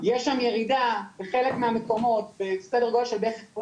שם ירידה בחלק מהמקומות בסדר גודל של בערך עשרים